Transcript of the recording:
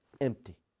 empty